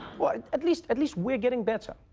well, at least at least we're getting better,